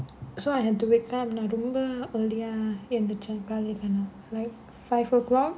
so I had to wake up நா ரொம்ப:naa romba early யா எந்திரிச்சேன்:yaa enthirichaen like five o'clock